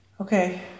Okay